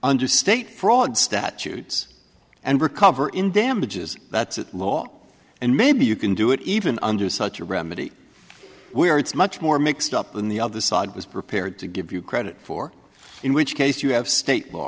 under state fraud statutes and recover in damages that's the law and maybe you can do it even under such a remedy where it's much more mixed up in the of the sod was prepared to give you credit for in which case you have state law